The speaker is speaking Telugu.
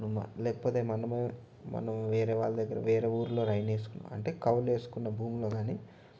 నువ్ లేకపోతే మనమే మనం వేరే వాళ్ళ దగ్గర వేరే ఊర్లో అంటే కౌలు వేసుకున్న భూమిలో కానీ